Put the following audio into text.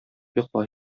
йокла